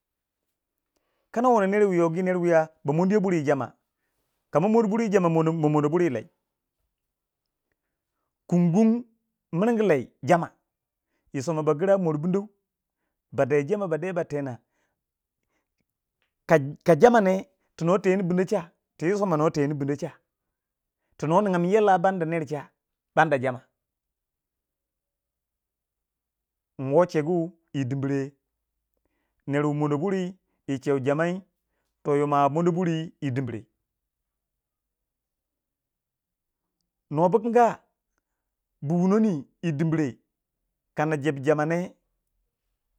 Kana wono nere wu yogi ner wiya ba mon diya buri yi jama ka mo mondi buri yi jama mo- mo mondo buri yi leh kunbu miringi lei jama yi soma ba gira mori bindou bade jama ba de ba tena, ka ka jama ne ti nuwa tenu bindo cha ti soma nuwa teni bindo cha tu nuwa ningaa minyo lah banda ner cha banda jama nwo chegu yi dimre ner wu mondo buri yi che jamai toh yomwa a mono buri yi dimre, nuwa bu kin ga buwunoni yi dimre kana jebu jama ne.